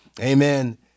Amen